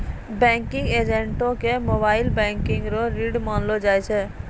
banking एजेंटो के mobile banking के रीढ़ मानलो जाय छै